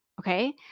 okay